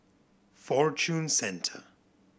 Fortune Centre